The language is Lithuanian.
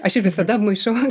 aš ir visada maišau